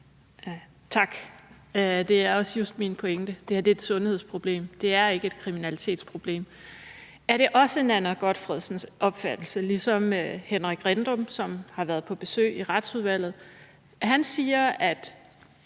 Tak. Det er også just min pointe. Det her er et sundhedsproblem. Det er ikke et kriminalitetsproblem. Har Nanna W. Gotfredsen samme opfattelse som Henrik Rindom, som har været på besøg i Retsudvalget? Han siger, at